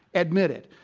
admitted,